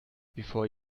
before